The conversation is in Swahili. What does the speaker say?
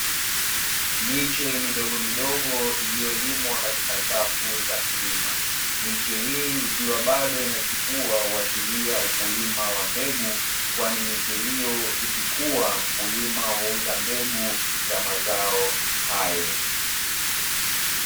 Miche midogomidogo iliyolimwa katika safu za kiwima. Miche hii ikiwa bado inachipua huashiria ukulima wa mbegu, kwani miche hiyo ikikua, mkulima huuza mbegu za mazao hayo.